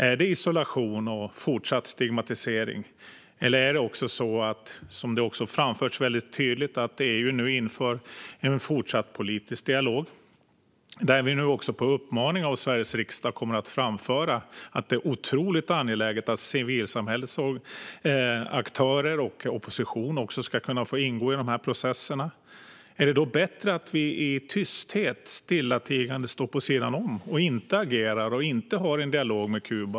Är det isolation och fortsatt stigmatisering, eller är det - som det har framförts väldigt tydligt - att EU nu inför en fortsatt politisk dialog där vi, nu också på uppmaning av Sveriges riksdag, framför att det är otroligt angeläget att civilsamhällets aktörer och oppositionen också ska kunna få ingå i processerna? Är det då bättre att vi i tysthet och stillatigande står vid sidan om, låter bli att agera och inte har någon dialog med Kuba?